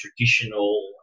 traditional